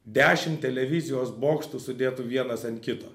dešim televizijos bokštų sudėtų vienas ant kito